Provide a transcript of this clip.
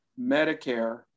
Medicare